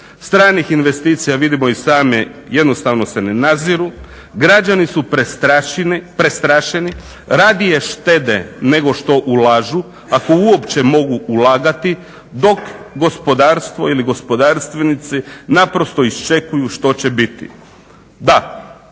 Stranih investicija vidimo i sami jednostavno se ne naziru, građani su prestrašeni, radije štede nego što ulažu, ako uopće mogu ulagati dok gospodarstvo ili gospodarstvenici naprosto iščekuju što će biti. Da,